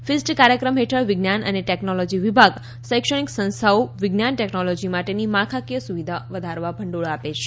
fist કાર્યક્રમ હેઠળ વિજ્ઞાનઅને ટેકનોલોજી વિભાગ શૈક્ષણિક સંસ્થાઓ વિજ્ઞાન ટેકનોલોજી માટેની માળખાકીય સુવિધા વધારવા ભંડોળ આપે છે